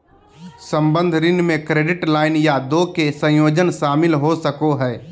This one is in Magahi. संबंद्ध ऋण में क्रेडिट लाइन या दो के संयोजन शामिल हो सको हइ